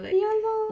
ya lor